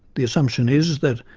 the assumption is that,